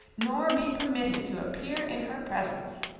nor be permitted to appear in her presence.